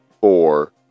four